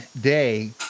day